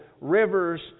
rivers